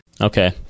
Okay